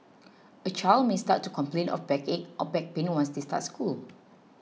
a child may start to complain of backache or back pain once they start school